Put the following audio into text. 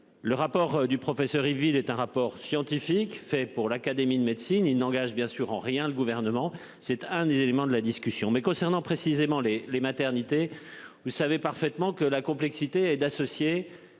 Le rapport du professeur Yves Ville est un rapport scientifique fait pour l'Académie de médecine, ils n'engagent bien sûr en rien le gouvernement c'est un des éléments de la discussion mais concernant précisément les les maternités, vous savez parfaitement que la complexité et d'associer